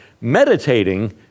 Meditating